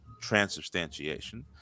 transubstantiation